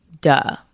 Duh